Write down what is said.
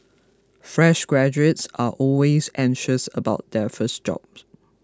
fresh graduates are always anxious about their first jobs